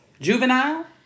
Juvenile